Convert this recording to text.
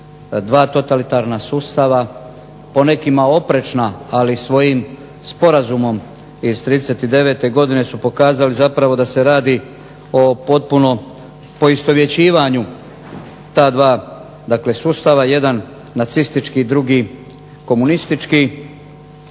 dva totalitarna sustava po nekima oprečna, ali svojim Sporazumom iz '39. godine su pokazali zapravo da se radi o potpuno poistovjećivanju ta 2 dakle sustava, jedan nacistički, drugi komunistički.